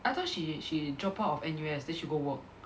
I thought she she drop out of N_U_S then she go work